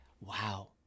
wow